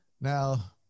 Now